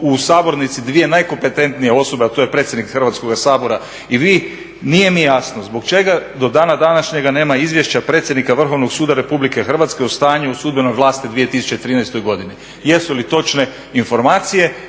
u sabornici dvije najkompetentnije osobe, a to je predsjednik Hrvatskog sabora i vi, nije mi jasno zbog čega do dana današnjega nema izvješća predsjednika Vrhovnog suda Republike Hrvatske o stanju u sudbenoj vlasti u 2013. godini. Jesu li točne informacije